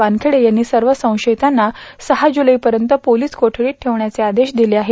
वानखेडे यांनी सर्व संशयितांना सह्य जुलैपर्यंत पोलीस कोठडीत ठेवण्याचे आदेश दिले आहेत